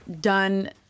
done